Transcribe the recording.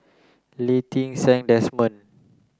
Lee Ti Seng Desmond